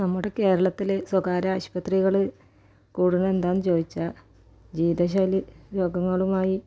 നമ്മുടെ കേരളത്തിൽ സ്വകാര്യ ആശുപത്രികൾ കൂടുന്നത് എന്താണെന്നു ചോദിച്ചാൽ ജീവിതശൈലി രോഗങ്ങളുമായി